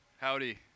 Howdy